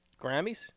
Grammys